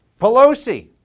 Pelosi